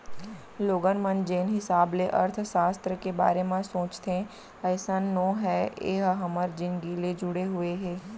लोगन मन जेन हिसाब ले अर्थसास्त्र के बारे म सोचथे अइसन नो हय ए ह हमर जिनगी ले जुड़े हुए हे